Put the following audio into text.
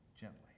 Gently